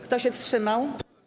Kto się wstrzymał?